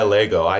Lego